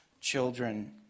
children